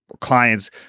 clients